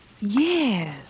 Yes